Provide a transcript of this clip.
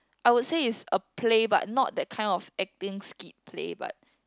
I would say it's a play but not that kind of acting skit play but